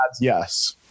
yes